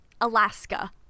Alaska